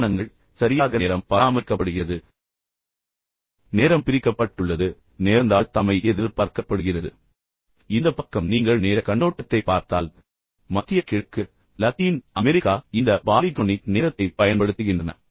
நியமனங்கள் சரியாக நேரம் பராமரிக்கப்படுகிறது நேரம் பிரிக்கப்பட்டுள்ளது மற்றும் நேரந்தாழ்த்தாமை எதிர்பார்க்கப்படுகிறது ஆனால் இந்த பக்கம் நீங்கள் நேரக் கண்ணோட்டத்தைப் பார்த்தால் மத்திய கிழக்கு மற்றும் லத்தீன் அமெரிக்கா இந்த பாலிக்ரோனிக் நேரத்தைப் பயன்படுத்துகின்றன